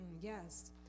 Yes